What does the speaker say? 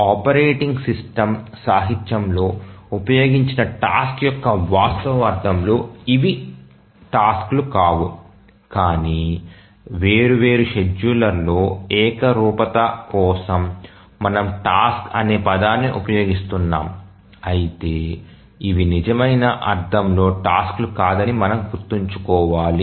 operating system సాహిత్యంలో ఉపయోగించిన task యొక్క వాస్తవ అర్థంలో ఇవి టాస్క్ లు కావు కానీ వేర్వేరు షెడ్యూలర్లలో ఏకరూపత కోసం మనము టాస్క్ అనే పదాన్ని ఉపయోగిస్తున్నాము అయితే ఇవి నిజమైన అర్థంలో టాస్క్ లు కాదని మనం గుర్తుంచుకోవాలి